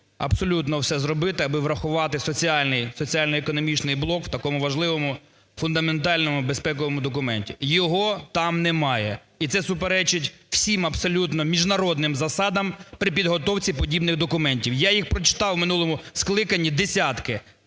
абсолютно все зробити, аби врахувати соціально-економічний блок в такому важливому фундаментальному безпековому документі. Його там немає. І це суперечить всім абсолютно міжнародним засадам при підготовці подібних документів. Я їх прочитав в минулому скликанні десятки.